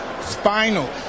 spinal